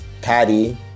patty